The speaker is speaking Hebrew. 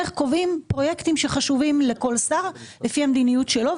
קובעת פרויקטים שחשובים לכל שר לפי המדיניות שלו.